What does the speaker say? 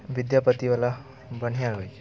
विद्यापतिवला बढ़िआँ होइ छै